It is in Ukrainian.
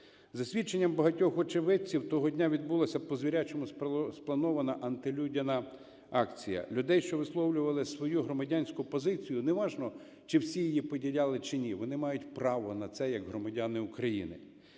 За свідченням багатьох очевидців, того дня відбулася по звірячому спланована антилюдяна акція. Людей, що висловлювали свою громадянську позицію – неважно, чи всі її поділяли, чи ні, вони мають право на це як громадяни України.